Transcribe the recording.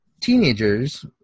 teenagers